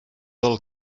del